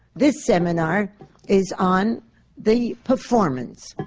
this seminar is on the performance,